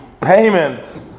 payment